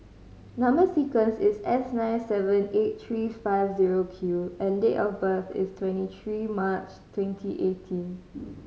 number sequence is S nine seven eight three five zero Q and date of birth is twenty three March twenty eighteen